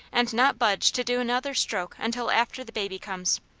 and not budge to do another stroke until after the baby comes,